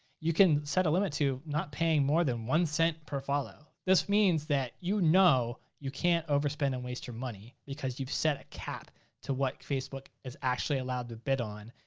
you can set a limit to not paying more than one cent per follow. this means that you know you can't overspend and waste your money, because you've set a cap to what facebook is actually allowed to bid on.